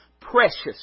Precious